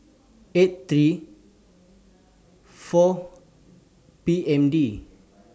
eight three four P M D